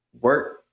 work